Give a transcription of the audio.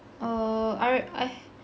oh I r~ I